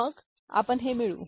मग आपण हे मिळवू